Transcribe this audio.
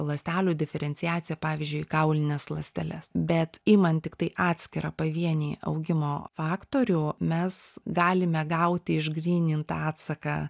ląstelių diferenciaciją pavyzdžiui kaulines ląsteles bet imant tiktai atskirą pavienį augimo faktorių mes galime gauti išgrynintą atsaką